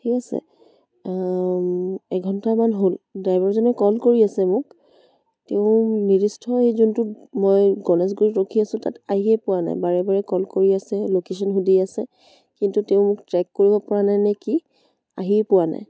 ঠিক আছে এঘণ্টা মান হ'ল ড্ৰাইভাৰজনে কল কৰি আছে মোক তেওঁ নিৰ্দিষ্ট এই যোনটো মই গণেশগুৰিত ৰখি আছোঁ তাত আহিয়ে পোৱা নাই বাৰে বাৰে কল কৰি আছে ল'কেশ্যন সুধি আছে কিন্তু তেওঁ মোক ট্ৰেক কৰিব পৰা নাই নে কি আহিয়ে পোৱা নাই